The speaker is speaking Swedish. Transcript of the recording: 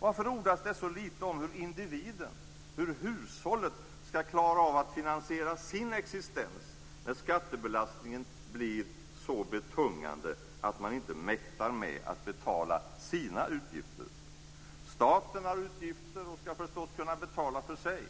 Varför ordas det så lite om hur individen, hur hushållet, skall klara av att finansiera sin existens när skattebelastningen blir så betungande att man inte mäktar med att betala sina utgifter? Staten har utgifter och skall förstås kunna betala för sig.